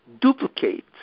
duplicate